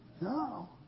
No